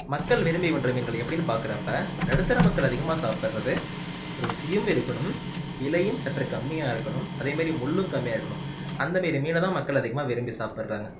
மக்கள் விரும்பி உண்ணுற மீன்கள் எப்படின்னு பார்க்குறப்ப நடுத்தர மக்கள் அதிகமாக சாப்பிட்றது ருசியும் இருக்கணும் விலையும் சற்று கம்மியா இருக்கணும் அதேமாரி முள்ளும் கம்மியாக இருக்கணும் அந்தமாரி மீனை தான் மக்கள் அதிகமாக விரும்பி சாப்பிட்றாங்க